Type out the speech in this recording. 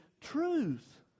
truth